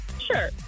Sure